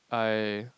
I